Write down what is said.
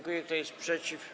Kto jest przeciw?